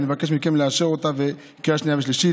ואני מבקש מכם לאשר אותה בקריאה שנייה ושלישית.